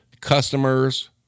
customers